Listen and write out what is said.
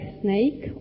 snake